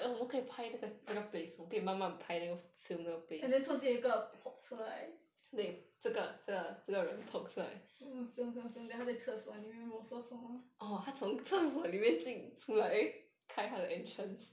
and then 中间有一个 pop 出来 mm film film film then 她在厕所里面不懂做什么